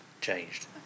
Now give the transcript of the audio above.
changed